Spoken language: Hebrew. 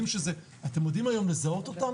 אתם יודעים היום לזהות אותם?